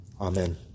Amen